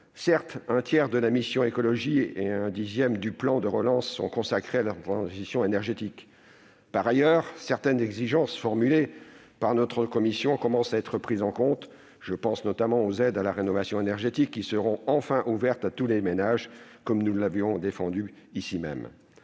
et mobilité durables » et un dixième du plan de relance sont consacrés à la transition énergétique. Par ailleurs, certaines exigences formulées par notre commission commencent à être prises en compte : je pense notamment aux aides à la rénovation énergétique, qui seront enfin ouvertes à tous les ménages, comme nous l'avons défendu ici même.